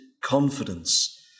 confidence